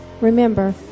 Remember